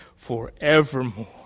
forevermore